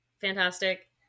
Fantastic